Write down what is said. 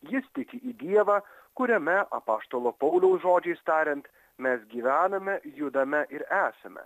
jis tiki į dievą kuriame apaštalo pauliaus žodžiais tariant mes gyvename judame ir esame